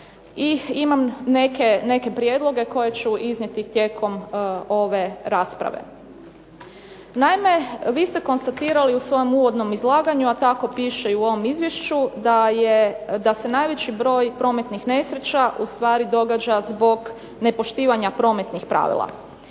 I imam neke prijedloge koje ću iznijeti tijekom ove rasprave. Naime, vi ste konstatirali u svom uvodnom izlaganju, a tako piše i u ovom izvješću da se najveći broj prometnih nesreća u stvari događa zbog nepoštivanja prometnih pravila.